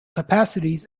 capacities